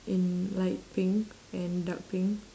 in light pink and dark pink